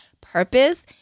purpose